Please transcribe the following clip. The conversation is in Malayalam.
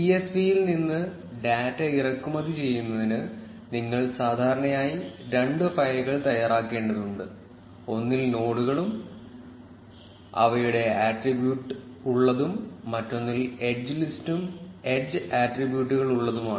സിഎസ്വി ൽ നിന്ന് ഡാറ്റ ഇറക്കുമതി ചെയ്യുന്നതിന് നിങ്ങൾ സാധാരണയായി രണ്ട് ഫയലുകൾ തയ്യാറാക്കേണ്ടതുണ്ട് ഒന്നിൽ നോഡുകളും അവയുടെ ആട്രിബ്യൂട്ടുകൾ ഉള്ളതും മറ്റൊന്നിൽ എഡ്ജ് ലിസ്റ്റും എഡ്ജ് ആട്രിബ്യൂട്ടുകൾ ഉള്ളതുമാണ്